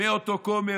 מאותו כומר,